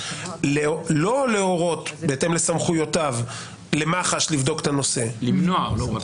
לא להורות בהתאם לסמכויותיו למח"ש לבדוק את הנושא -- הוא מנע.